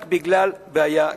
רק בגלל בעיה כספית.